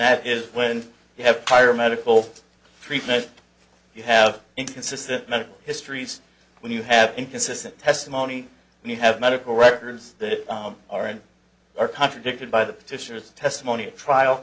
that is when you have higher medical treatment you have inconsistent medical histories when you have inconsistent testimony and you have medical records that are in our contradicted by the petitioners testimony at trial